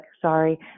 Sorry